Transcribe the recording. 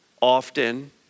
often